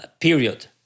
period